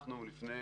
אנחנו לפני